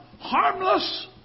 harmless